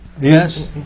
Yes